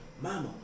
Mama